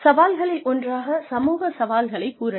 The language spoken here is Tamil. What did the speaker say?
சவால்களில் ஒன்றாக சமூக சவால்களை கூறலாம்